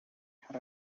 had